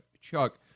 Chuck